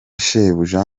shebuja